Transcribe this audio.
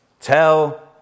tell